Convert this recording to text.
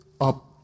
up